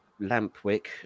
Lampwick